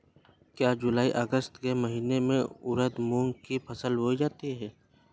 क्या जूलाई अगस्त के महीने में उर्द मूंग की फसल बोई जाती है?